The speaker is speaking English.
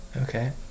Okay